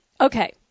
okay